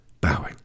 bowing